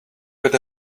got